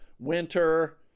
Winter